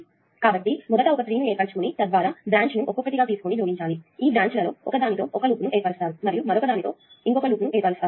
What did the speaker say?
కాబట్టి చేసేది ఏమిటంటే మొదట ఒక ట్రీ ను ఏర్పరుచుకుని తద్వారా బ్రాంచ్ ని ఒక్కొక్కటిగా తీసుకొని జోడించాలి ఈ బ్రాంచ్ లలో ఒకదానితో ఒక లూప్ను ఏర్పరుస్తారు మరియు మరొక బ్రాంచ్ తో మరొక లూప్ను ఏర్పరుస్తారు